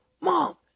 mom